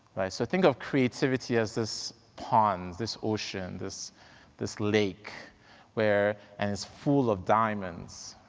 so think of creativity as this pond, this ocean, this this lake where, and it's full of diamonds,